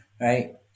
right